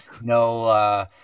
No